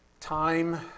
time